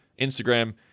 Instagram